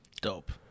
Dope